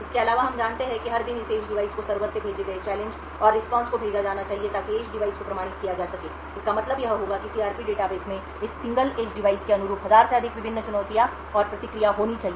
इसके अलावा हम मानते हैं कि हर दिन इस एज डिवाइस को सर्वर से भेजे गए चैलेंज और रेस्पॉन्स को भेजा जाना चाहिए ताकि एज डिवाइस को प्रमाणित किया जा सके इसका मतलब यह होगा कि सीआरपी डेटाबेस में इस सिंगल एज डिवाइस के अनुरूप हजार से अधिक विभिन्न चुनौतियां और प्रतिक्रिया होनी चाहिए